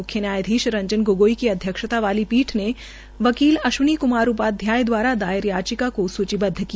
म्ख्य न्यायधीश रंजन गोगोई की अध्यक्षता वाली पीठ ने वकील अश्विनी क्मार उपाध्याय द्वारा दायर याचिका को सूचिबदव किया